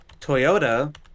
Toyota